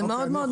זה מאוד-מאוד